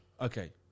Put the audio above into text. Okay